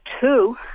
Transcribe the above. two